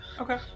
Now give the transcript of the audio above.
Okay